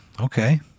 Okay